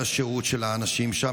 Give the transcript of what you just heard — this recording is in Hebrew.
שמוכיח על השהות של האנשים שם,